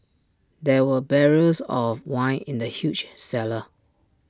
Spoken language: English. there were barrels of wine in the huge cellar